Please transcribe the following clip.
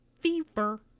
fever